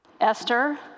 Esther